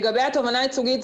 לגבי התובענה הייצוגית,